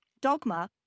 Dogma